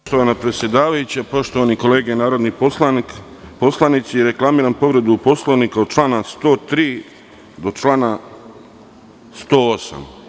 Poštovana predsedavajuća, poštovane kolege narodni poslanici, reklamiram povredu Poslovnika od člana 103. do člana 108.